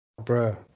Bruh